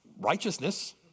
righteousness